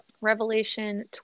Revelation